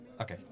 Okay